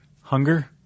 Hunger